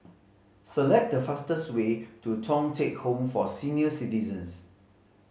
select the fastest way to Thong Teck Home for Senior Citizens